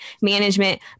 management